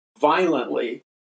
violently